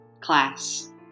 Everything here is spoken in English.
class